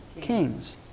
kings